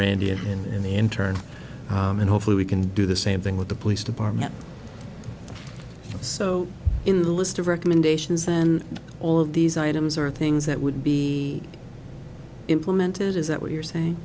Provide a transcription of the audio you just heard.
randy and the intern and hopefully we can do the same thing with the police department so in the list of recommendations then all of these items are things that would be implemented is that what you're saying